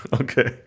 Okay